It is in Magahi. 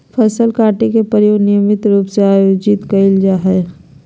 फसल काटे के प्रयोग नियमित रूप से आयोजित कइल जाय हइ